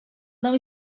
não